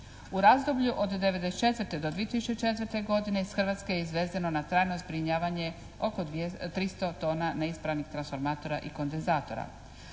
U razdoblju od 1994. do 2004. godine iz Hrvatske je izvezeno na trajno zbrinjavanje oko 300 tona neispravnih transformatora i kondenzatora.